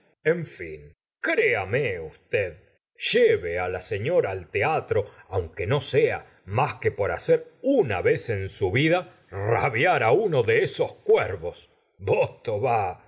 en fin créame usted lleve á la señora al teatro aunque no sea más que por hacer una vez en su vida rabiar á uno de esos cuervos voto va